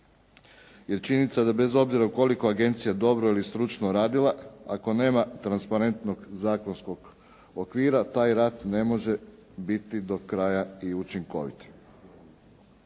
Jer činjenica da bez obzira koliko agencija dobro ili stručno radila, ako nema transparentnog zakonskog okvira taj rad ne može biti do kraja i učinkovit.